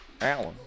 Alan